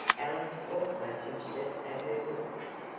alice also fidgeted at her books.